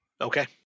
Okay